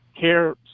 Care